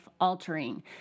altering